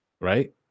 right